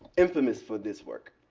infamous for this work.